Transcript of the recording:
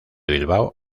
bilbao